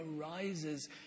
arises